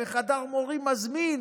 וחדר מורים מזמין,